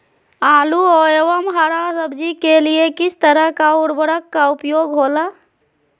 आलू एवं हरा सब्जी के लिए किस तरह का उर्वरक का उपयोग होला?